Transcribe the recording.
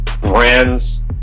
brands